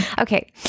Okay